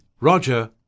Roger